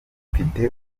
mfite